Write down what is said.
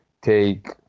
take